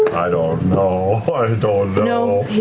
i don't know. i don't know.